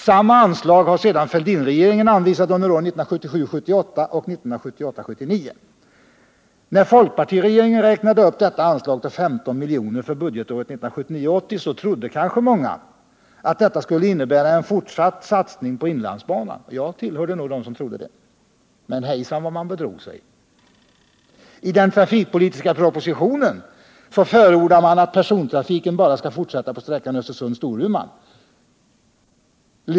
Samma anslag har sedan Fälldinregeringen anvisat under budgetåren 1977 79. När folkpartiregeringen räknade upp detta anslag till 15 miljoner för budgetåret 1979/80 trodde kanske många att detta skulle innebära en fortsatt satsning på inlandsbanan. Jag tillhörde dem som trodde det. Men hejsan, vad man bedrog sig! I den trafikpolitiska propositionen förordas att persontrafiken bara skall fortsätta på sträckan Östersund-Storuman.